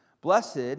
Blessed